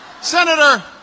Senator